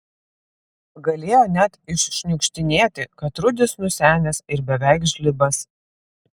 galėjo net iššniukštinėti kad rudis nusenęs ir beveik žlibas